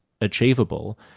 achievable